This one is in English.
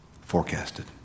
forecasted